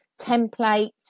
templates